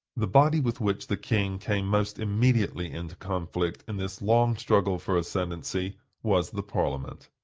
the body with which the king came most immediately into conflict in this long struggle for ascendency, was the parliament.